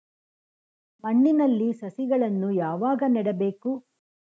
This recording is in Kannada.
ಮಣ್ಣಿನಲ್ಲಿ ಸಸಿಗಳನ್ನು ಯಾವಾಗ ನೆಡಬೇಕು?